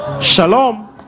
shalom